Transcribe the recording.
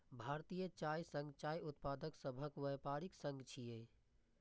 भारतीय चाय संघ चाय उत्पादक सभक व्यापारिक संघ छियै